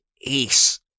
ace